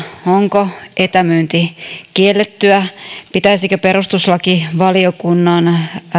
onko etämyynti kiellettyä pitäisikö perustuslakivaliokunnan